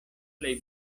plej